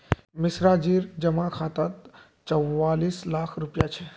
मिश्राजीर जमा खातात चौवालिस लाख रुपया छ